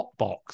Hotbox